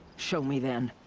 show me then.